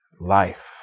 life